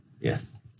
Yes